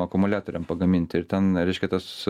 akumuliatoriam pagaminti ir ten reiškia tas